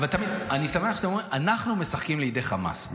אבל תמיד אני שמח שאתם אומרים שאנחנו משחקים לידי חמאס.